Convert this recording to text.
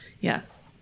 Yes